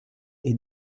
est